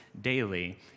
daily